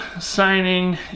signing